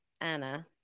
Anna